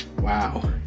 Wow